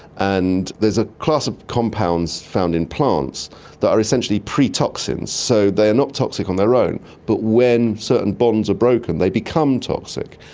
and there's a class of compounds found in plants that are essentially pre-toxins. so they are not toxic on their own, but when certain bonds are broken they become toxic.